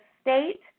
state